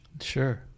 sure